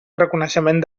reconeixement